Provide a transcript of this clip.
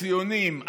הציונים,